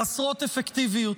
חסרות אפקטיביות.